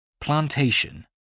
plantation